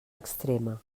extrema